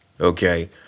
okay